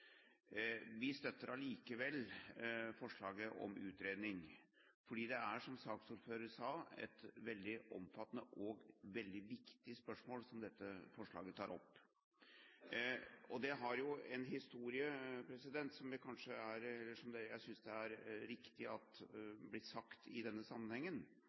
Vi støtter allikevel forslaget om utredning fordi det, som saksordføreren sa, er et veldig omfattende og viktig spørsmål som dette forslaget tar opp. Det har også en historie som jeg synes det er riktig at man nevner i denne sammenhengen.